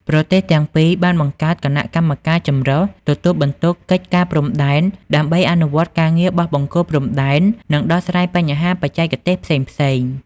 ប្រទេសទាំងពីរបានបង្កើតគណៈកម្មការចម្រុះទទួលបន្ទុកកិច្ចការព្រំដែន ដើម្បីអនុវត្តការងារបោះបង្គោលព្រំដែន និងដោះស្រាយបញ្ហាបច្ចេកទេសផ្សេងៗ។